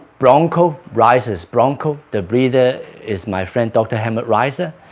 bronco, raiser's bronco the breeder is my friend. dr. helmut raiser